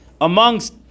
amongst